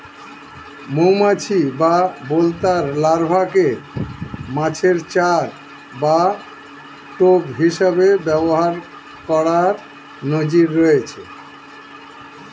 মৌমাছি বা বোলতার লার্ভাকে মাছের চার বা টোপ হিসেবে ব্যবহার করার নজির রয়েছে